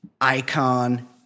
icon